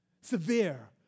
severe